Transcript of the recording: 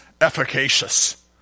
efficacious